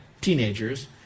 teenagers